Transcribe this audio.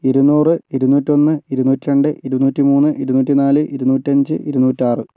ഇരുനൂറ് ഇരുന്നൂറ്റൊന്ന് ഇരുന്നൂറ്റി രണ്ട് ഇരുന്നൂറ്റി മൂന്ന് ഇരുന്നൂറ്റി നാല് ഇരുന്നൂറ്റഞ്ച് ഇരുനൂറ്റാറ്